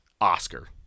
Oscar